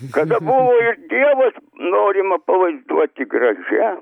kada buvo ir dievas norima pavaizduoti gražia